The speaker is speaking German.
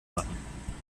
machen